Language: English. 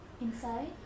Inside